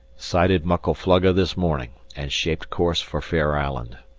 sighted muckle flugga this morning, and shaped course for fair island.